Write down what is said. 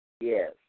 Yes